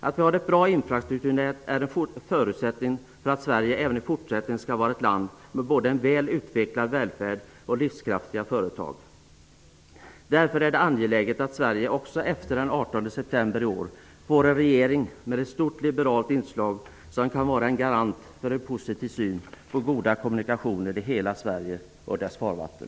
Att vi har ett bra infrastrukturnät är en förutsättning för att Sverige även i fortsättningen skall vara ett land med både en väl utvecklad välfärd och livskraftiga företag. Därför är det angeläget att Sverige också efter den 18 september i år får en regering med ett stort liberalt inslag som kan vara en garant för en positiv syn på goda kommunikationer i hela Sverige och dess farvatten.